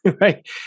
right